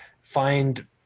find